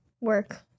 work